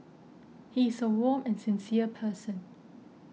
he is a warm and sincere person